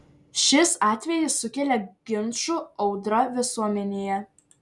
šis atvejis sukėlė ginčų audrą visuomenėje